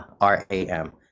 R-A-M